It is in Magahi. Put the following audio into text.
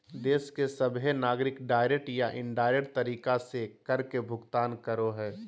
देश के सभहे नागरिक डायरेक्ट या इनडायरेक्ट तरीका से कर के भुगतान करो हय